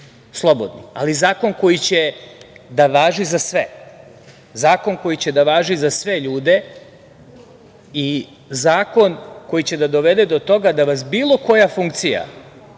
slobodnim, ali zakon koji će da važi za sve, zakon koji će da važi za sve ljude i zakon koji će da dovede do toga da vas bilo koja funkcija